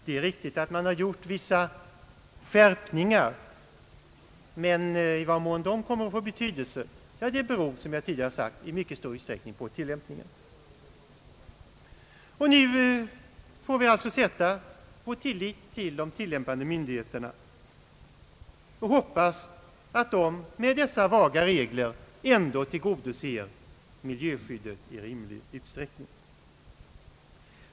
Det är riktigt att man har gjort vissa skärpningar, men i vad mån de kommer att få betydelse beror, som jag tidigare sagt, i mycket Ang. förslag till miljöskyddslag m.m. stor utsträckning på tillämpningen. Nu får vi alltså sätta vår tillit till de tilllämpande myndigheterna och hoppas att de med dessa vaga regler ändå tillgodoser miljöskyddet i rimlig utsträckning.